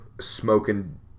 smoking